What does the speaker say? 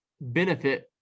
benefit